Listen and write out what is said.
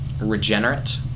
regenerate